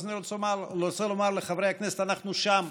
אז אני רוצה לומר לחברי הכנסת: אנחנו שם,